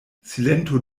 silentu